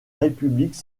république